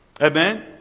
Amen